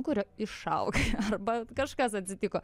kurio išaugai arba kažkas atsitiko